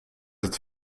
het